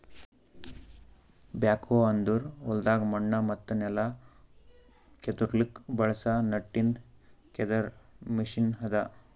back ಹೋ ಅಂದುರ್ ಹೊಲ್ದಾಗ್ ಮಣ್ಣ ಮತ್ತ ನೆಲ ಕೆದುರ್ಲುಕ್ ಬಳಸ ನಟ್ಟಿಂದ್ ಕೆದರ್ ಮೆಷಿನ್ ಅದಾ